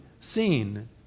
seen